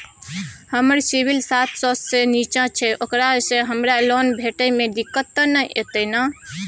हमर सिबिल सात सौ से निचा छै ओकरा से हमरा लोन भेटय में दिक्कत त नय अयतै ने?